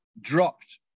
dropped